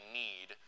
need